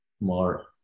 more